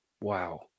Wow